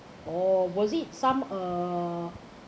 oh was it some err